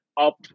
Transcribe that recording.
up